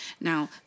Now